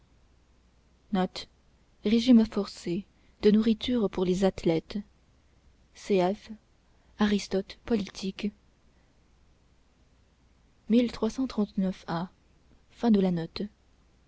régime forcé de nourriture pour les athlètes cf aristote politique